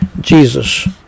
Jesus